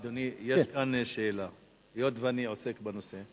אדוני, יש כאן שאלה; היות שאני עוסק בנושא,